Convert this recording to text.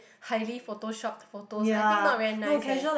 highly photoshopped photos I think not very nice eh